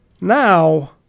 now